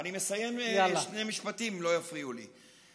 אני מסיים שני משפטים, אם לא יפריעו לי.